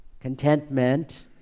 contentment